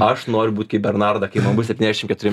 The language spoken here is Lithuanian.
aš noriu būt kaip bernarda kai man bus septyniasdešim keturi